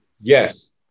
Yes